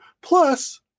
Plus